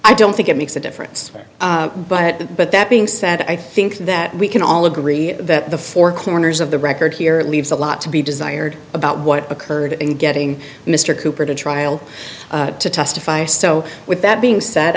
i don't think it makes a difference but but that being said i think that we can all agree that the four corners of the record here leaves a lot to be desired about what occurred in getting mr cooper to trial to testify so with that being said